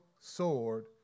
sword